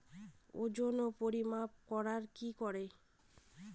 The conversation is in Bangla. ওজন ও পরিমাপ করব কি করে?